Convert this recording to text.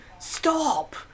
stop